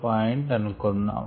5 అనుకుందాము